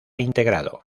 integrado